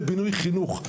לבינוי חינוך.